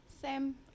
Sam